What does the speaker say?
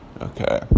okay